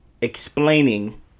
explaining